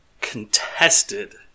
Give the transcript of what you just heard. contested